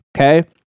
okay